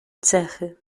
cechy